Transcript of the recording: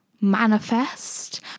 manifest